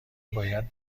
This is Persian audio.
باید